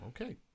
Okay